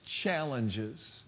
challenges